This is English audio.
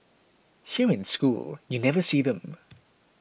here in school you never see them